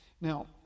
Now